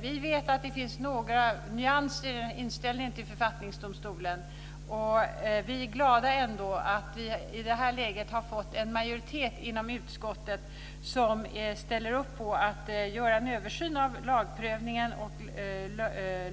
Vi vet att det finns olika nyanser i inställningen till författningsdomstolen. Vi är ändå glada över att vi i detta läge har fått en majoritet inom utskottet som ställer upp på att göra en översyn av lagprövningen och